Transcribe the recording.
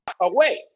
away